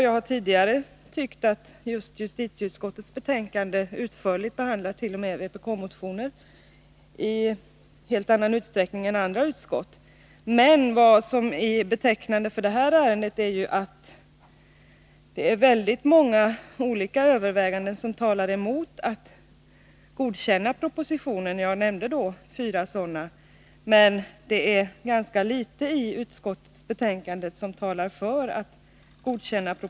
Jag har tidigare tyckt att just justitieutskottet har behandlat t.o.m. vpk-motioner betydligt utförligare än andra utskott. Men betecknande för detta ärende är att det är många olika överväganden i betänkandet som talar emot att godkänna propositionen — jag nämnde fyra sådana — men ganska litet som talar för att godkänna den.